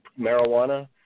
marijuana